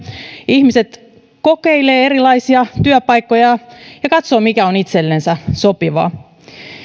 ihmiset kokeilevat erilaisia työpaikkoja ja ja katsovat mikä on itsellensä sopivaa